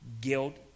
guilt